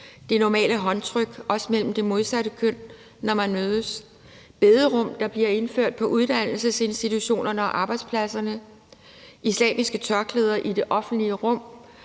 det normale håndtryk, også mellem det modsatte køn, når man mødes, bederum, der bliver indført på uddannelsesinstitutionerne og arbejdspladserne, islamiske tørklæder i det offentlige rum,